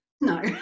No